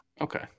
okay